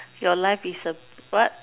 your life is what